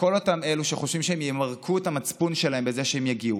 לכל אותם אלו שחושבים שהם ימרקו את המצפון שלהם בזה שהם יגיעו: